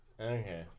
Okay